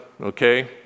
Okay